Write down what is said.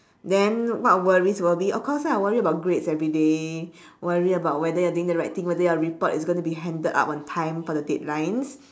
then what worries will be of course ah worries about grades everyday worry about whether you're doing the right thing whether your report is gonna be handed up on time for the daedlines